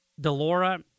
Delora